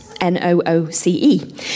n-o-o-c-e